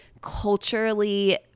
culturally